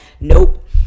Nope